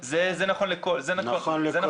זה נכון לכל הארץ.